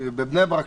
בבני ברק,